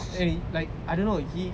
eh like I don't know he